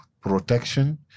protection